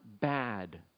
bad